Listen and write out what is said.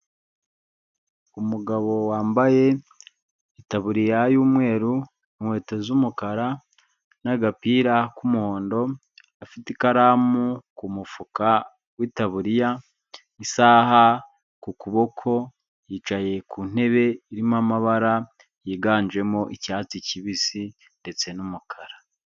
Umugabo wambaye itabuririya y'umweru inkweto z'umukara n'agapira k'umuhondo, afite ikaramu ku mufuka w'itaburiya, isaha ku kuboko; yicaye ku ntebe irimo amabara yiganjemo icyatsi kibisi ndetse n'umukara.